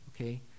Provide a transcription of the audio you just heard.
okay